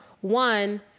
One